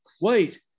Wait